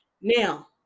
Now